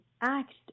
act